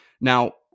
Now